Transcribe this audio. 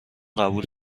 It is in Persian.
قبول